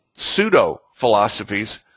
pseudo-philosophies